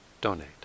donate